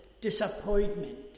disappointment